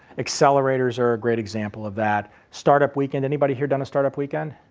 accelerators are a great example of that startup weekend, anybody here done a startup weekend?